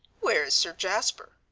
where is sir jasper?